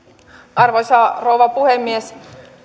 arvoisa rouva puhemies